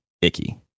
icky